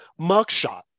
mugshot